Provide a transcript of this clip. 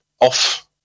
off